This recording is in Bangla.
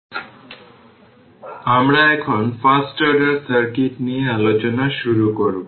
ফার্স্ট অর্ডার সার্কিট আমরা এখন ফার্স্ট অর্ডার সার্কিট নিয়ে আলোচনা শুরু করব